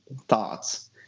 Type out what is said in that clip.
thoughts